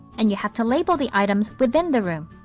and you have to label the items within the room.